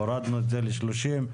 הורדנו את זה ל-30.